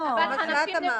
זה מה שאת אמרת.